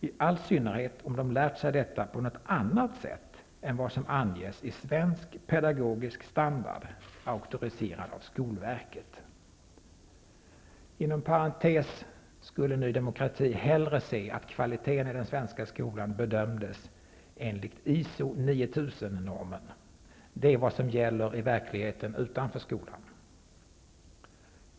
I all synnerhet om de lärt sig detta på något annat sätt än vad som anges i Inom parentes sagt skulle Ny demokrati hellre se att kvaliteten i skolan bedömdes enligt ISO 9000 normen. Det är vad som redan gäller i verkligheten utanför skolan.